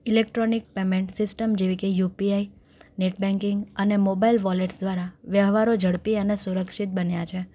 electronic payment system જેવી કે UPI net banking અને મોબાઈલ વૉલેટ્સ દ્વારા વ્યવહારો ઝડપી અને સુરક્ષિત બન્યા છે